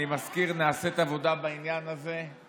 אני מזכיר: נעשית עבודה בעניין הזה.